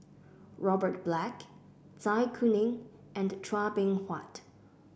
Robert Black Zai Kuning and Chua Beng Huat